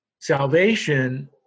salvation